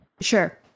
Sure